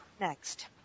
Next